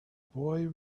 boy